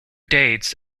dates